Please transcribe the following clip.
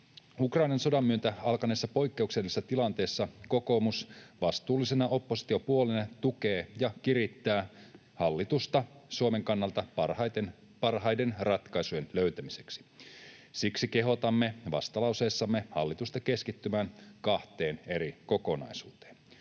Ukrainan sodan myötä alkaneessa poikkeuksellisessa tilanteessa kokoomus vastuullisena oppositiopuolueena tukee ja kirittää hallitusta Suomen kannalta parhaiden ratkaisujen löytämiseksi. Siksi kehotamme vastalauseessamme hallitusta keskittymään kahteen eri kokonaisuuteen: